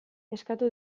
eskatu